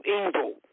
evil